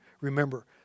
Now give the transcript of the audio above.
Remember